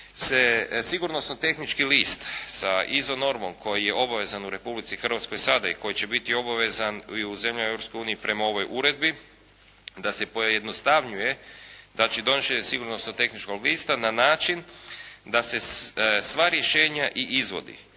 se sigurnosno-tehnički list sa izonormom koji je obavezan u Republici Hrvatskoj sada i koji će biti obavezan i u zemljama u Europskoj uniji prema ovoj uredbi da se pojednostavnjuje znači donošenje sigurnosno-tehničkog lista na način da se sva rješenja i izvodi,